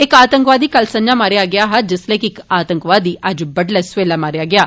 इक आतंकवादी कल संझा मारेआ गेआ हा जिसलै कि इक आतंकवादी अज्ज बडलै सबेला मारेआ गेआ